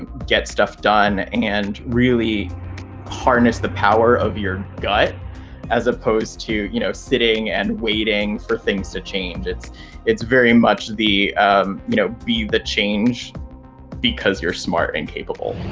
um get stuff done and really harness the power of your gut as opposed to you know sitting and waiting for things to change. it's it's very much the you know be the change because you're smart and capable.